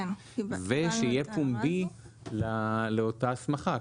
ושיהיה פומבי לאותה הסמכה,